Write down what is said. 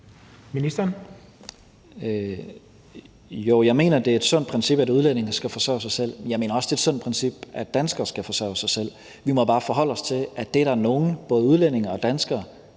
Tesfaye): Jo, jeg mener, det er et sundt princip, at udlændinge skal forsørge sig selv. Jeg mener også, det er et sundt princip, at danskere skal forsørge sig selv. Vi må bare forholde os til, at det er der nogle – både udlændinge og danskere